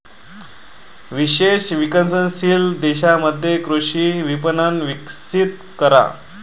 विशेषत विकसनशील देशांमध्ये कृषी विपणन विकसित करा